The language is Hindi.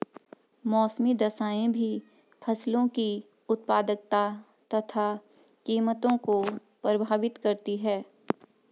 मौसमी दशाएं भी फसलों की उत्पादकता तथा कीमतों को प्रभावित करती है